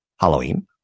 Halloween